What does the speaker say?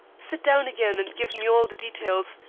sit down again and give me all the details.